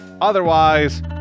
Otherwise